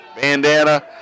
bandana